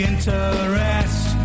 interest